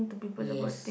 yes